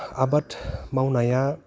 आबाद मावनाया